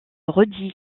rudy